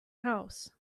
house